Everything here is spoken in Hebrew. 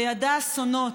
וידע אסונות,